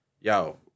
yo